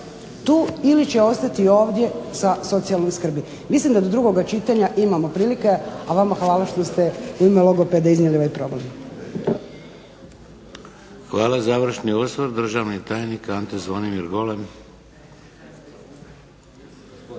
tu ili će ostati ovdje sa socijalnom skrbi. Mislim da do drugog čitanja imamo prilike a vama hvala što ste u ime logopeda iznijeli ovaj problem. **Šeks, Vladimir (HDZ)** Hvala. Završni osvrt državni tajnik Ante Zvonimir Golem.